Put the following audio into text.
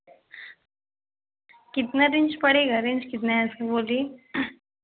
कितना रेंज पड़ेगा रेंज कितना है बोलिए